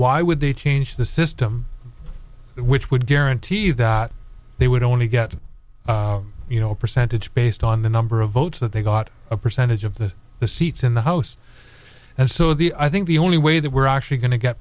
why would they change the system which would guarantee you that they would only get you know a percentage based on the number of votes that they got a percentage of the the seats in the house and so the i think the only way that we're actually going to get